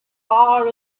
far